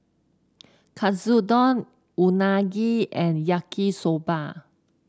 Katsudon Unagi and Yaki Soba